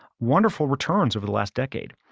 wonderful returns over the last decade.